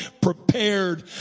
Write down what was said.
prepared